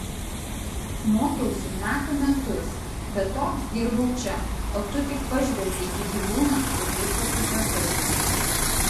mokiausi metų metus be to dirbau čia o tu tik pažvelgei į gyvūną ir viską supratai